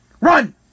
Run